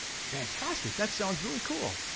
fantastic, that sounds really cool.